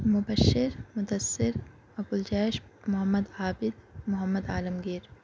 Mubashir Mudassir Abuljaish Muhammad Abid Muhammad Alamgir